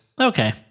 Okay